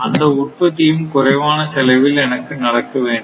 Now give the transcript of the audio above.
அந்த உற்பத்தியும் குறைவான செலவில் எனக்கு நடக்க வேண்டும்